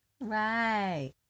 Right